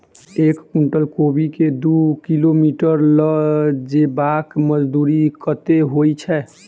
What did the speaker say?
एक कुनटल कोबी केँ दु किलोमीटर लऽ जेबाक मजदूरी कत्ते होइ छै?